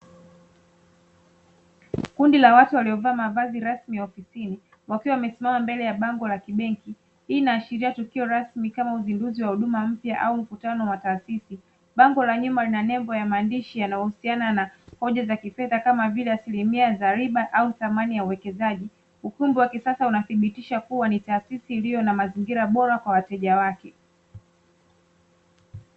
Kundi la watu waliovaa mavazi rasmi ofisini wakiwa wamesimama mbele ya bango la kibenki hii inaashiria tukio rasmi kama uzinduzi wa huduma mpya au mkutano wa Taasisi, bango la nyuma lina nembo la maandishi yanayohusiana na hoja za kifedha kama vile asilimia za riba au thamani ya uwekezaji ukumbi wa kisasa unadhibitisha kuwa ni Taasisi iliyo mazingira bora kwa wateja wake.